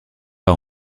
pas